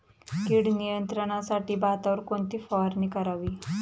कीड नियंत्रणासाठी भातावर कोणती फवारणी करावी?